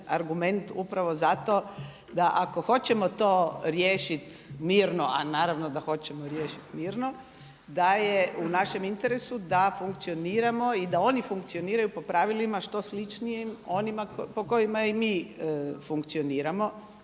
argument upravo zato da ako hoćemo to riješiti mirno, a naravno da hoćemo riješit mirno da je u našem interesu da funkcioniramo i da oni funkcioniraju po pravilima što sličnijim onima po kojima i mi funkcioniramo